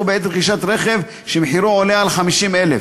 בעת רכישת רכב שמחירו עולה על 50,000,